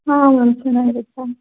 ಹಾಂ ಮ್ಯಾಮ್ ಚೆನ್ನಾಗಿರುತ್ತೆ